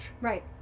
Right